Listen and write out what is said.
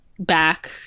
back